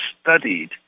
studied